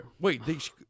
Wait